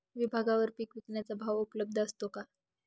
विभागवार पीक विकण्याचा भाव उपलब्ध असतो का?